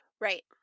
Right